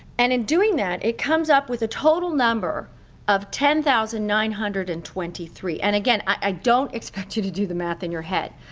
and in doing that, it comes up with a total number of ten thousand nine hundred and twenty three. and, again, i don't expect you to do the math in your head,